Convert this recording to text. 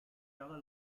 jahre